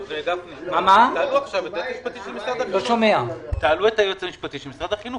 --- תעלו עכשיו את היועץ המשפטי של משרד החינוך,